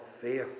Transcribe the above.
faith